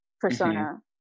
persona